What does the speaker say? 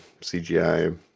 CGI